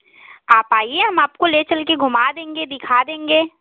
आप आइए हम आपको ले चल कर घूमा देंगे दिखा देंगे